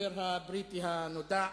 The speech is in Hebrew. הסופר הבריטי הנודע,